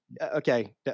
okay